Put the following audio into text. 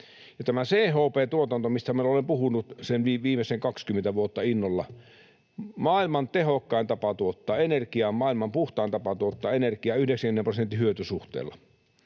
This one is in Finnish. tämä CHP-tuotanto, mistä minä olen puhunut sen viimeisen 20 vuotta innolla: maailman tehokkain tapa tuottaa energiaa, maailman puhtain tapa tuottaa energiaa 90 prosentin hyötysuhteella.